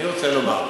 אני רוצה לומר,